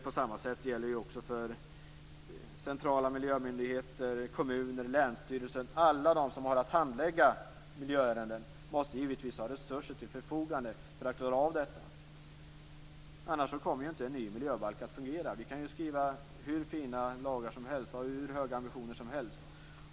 På samma sätt är det för centrala miljömyndigheter, kommuner, länsstyrelser och alla de som har att handlägga miljöärenden. De måste givetvis ha resurser till förfogande för att klara av detta. Annars kommer inte en ny miljöbalk att fungera. Vi kan skriva hur fina lagar som helst och ha hur höga ambitioner som helst.